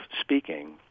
speaking